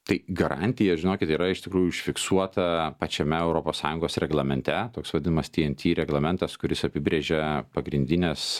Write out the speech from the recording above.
tai garantija žinokit yra iš tikrųjų užfiksuota pačiame europos sąjungos reglamente toks vadinamas tnt reglamentas kuris apibrėžia pagrindines